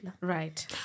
right